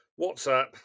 WhatsApp